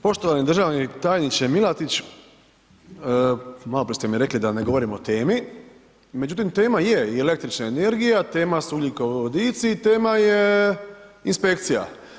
Poštovani državni tajniče Milatić, maloprije ste mi rekli da ne govorim o temi, međutim, tema je i električna energija, tema su ugljikovodici, tema je inspekcija.